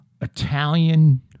Italian